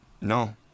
No